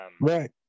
Right